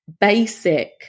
basic